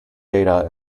data